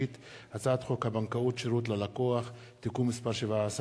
הצעת חוק הבנקאות (שירות ללקוח) (תיקון מס' 17),